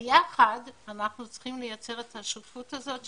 ויחד אנחנו צריכים לייצר את השותפות הזאת,